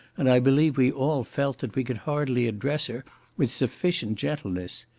and i believe we all felt that we could hardly address her with sufficient gentleness.